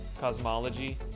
cosmology